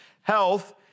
Health